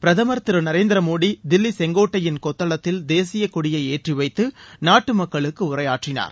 பிரதமர் திரு நரேந்திர மோடி தில்லி செங்கோட்டையின் கொத்தளத்தில் தேசியக் கொடியை ஏற்றிவைத்து நாட்டு மக்களுக்கு உரையாற்றினார்